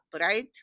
right